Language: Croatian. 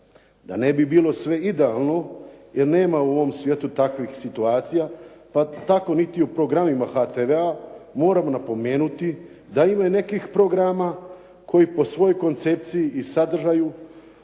Da ne bi bilo sve idealno, jer nema u ovom svijetu takvih situacija, pa tako niti u programima HTV-a, moram napomenuti da ima i nekih programa koji po svojoj koncepciji i sadržaju